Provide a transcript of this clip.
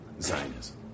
Zionism